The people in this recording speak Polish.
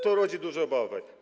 To rodzi duże obawy.